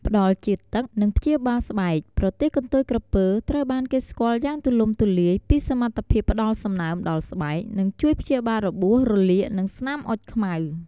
ផ្តល់ជាតិទឹក និងព្យាបាលស្បែក ប្រទាលកន្ទុយក្រពើត្រូវបានគេស្គាល់យ៉ាងទូលំទូលាយពីសមត្ថភាពផ្តល់សំណើមដល់ស្បែក និងជួយព្យាបាលរបួស រលាក និងស្នាមអុចខ្មៅ។